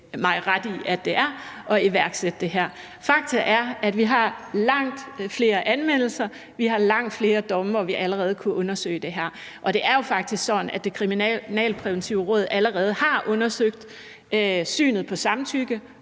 man ikke iværksætte det her. Fakta er, at vi har langt flere anmeldelser, at vi har langt flere domme, og at vi allerede nu kunne undersøge det her. Og det er jo faktisk sådan, at Det Kriminalpræventive Råd allerede har undersøgt synet på samtykke